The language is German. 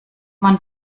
man